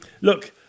Look